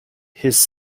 his